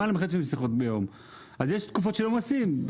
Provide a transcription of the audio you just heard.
יש תקופות של עומסים.